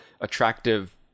attractive